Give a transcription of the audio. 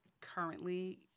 currently